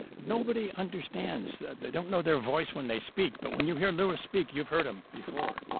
nobody understandso they don't know their voice when they speak. but when you hear louis speak, you've heard him before.